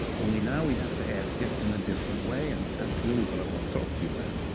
only, now we have to ask it in a different way. and that's really what i want to talk to you about.